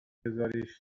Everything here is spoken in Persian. بزاریش